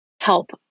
help